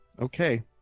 okay